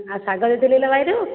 ଆଉ ଶାଗ ନେଇଥିଲେ କିଲୋ ବାରିରୁ